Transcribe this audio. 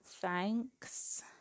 thanks